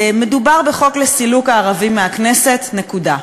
מדובר בחוק לסילוק הערבים מהכנסת, נקודה.